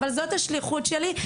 אבל זאת השליחות שלי,